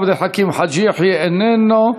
עבד אל חכים חאג' יחיא, איננו.